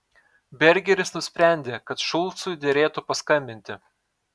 bergeris nusprendė kad šulcui derėtų paskambinti